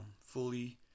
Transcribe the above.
fully